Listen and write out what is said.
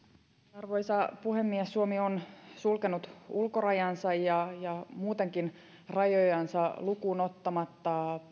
arvoisa puhemies suomi on sulkenut ulkorajansa ja ja muutenkin rajojansa lukuun ottamatta